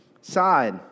side